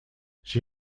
she